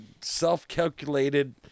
self-calculated